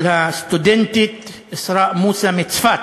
על הסטודנטית אסראא מוסא מצפת,